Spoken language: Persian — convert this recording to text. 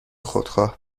خودخواه